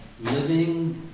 living